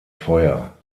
feuer